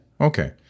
Okay